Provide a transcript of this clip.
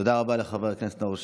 תודה רבה לחבר הכנסת נאור שירי.